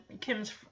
Kim's